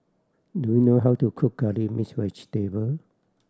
do you know how to cook Curry Mixed Vegetable